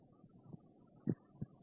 build a model for selected data set